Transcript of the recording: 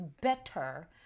Better